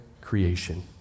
creation